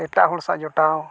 ᱮᱴᱟᱜ ᱦᱚᱲ ᱥᱟᱶ ᱡᱚᱴᱟᱣ